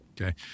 okay